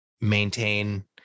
maintain